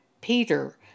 Peter